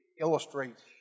illustrates